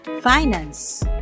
finance